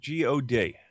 god